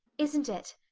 isn't it?